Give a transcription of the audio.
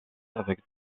avec